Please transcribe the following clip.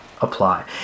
apply